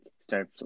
start